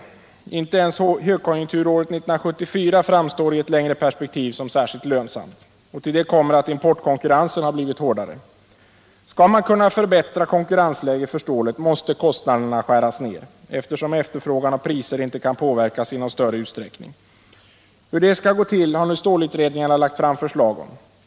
Inte ens högkonjunkturåret 1974 framstår i ett längre perspektiv som särskilt lönsamt. Till detta kommer att importkonkurrensen har blivit hårdare. Skall man kunna förbättra konkurrensläget för stålet måste kostnaderna skäras ner, eftersom efterfrågan och priser inte kan påverkas i någon större utsträckning. Hur detta skall gå till har nu stålutredningarna lagt fram förslag om.